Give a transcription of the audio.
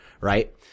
right